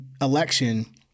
election